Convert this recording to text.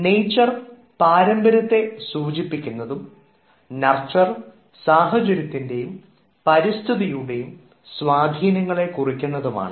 nature പാരമ്പര്യത്തെ സൂചിപ്പിക്കുന്നതും nurture സാഹചര്യത്തിൻറെയും പരിസ്ഥിതിയുടെയും സ്വാധീനങ്ങളെ കുറിക്കുന്നതുമാണ്